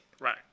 Right